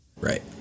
Right